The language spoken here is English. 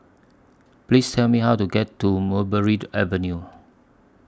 Please Tell Me How to get to Mulberry to Avenue